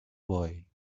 boy